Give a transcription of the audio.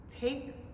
Take